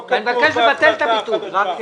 אני מבקש לבטל את הביטול.